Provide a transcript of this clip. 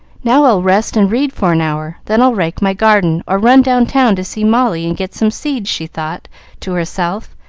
now, i'll rest and read for an hour, then i'll rake my garden, or run down town to see molly and get some seeds, she thought to herself,